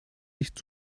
nicht